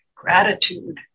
gratitude